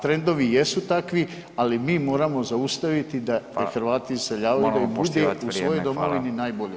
Trendovi jesu takvi ali mi moramo zaustaviti da Hrvati iseljavaju [[Upadica Radin Moramo poštivati vrijeme.]] i da bude u svojoj domovini najbolje.